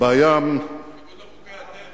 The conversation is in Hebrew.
זה בניגוד לחוקי הטבע.